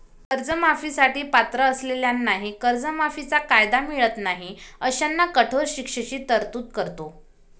कर्जमाफी साठी पात्र असलेल्यांनाही कर्जमाफीचा कायदा मिळत नाही अशांना कठोर शिक्षेची तरतूद करतो